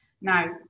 Now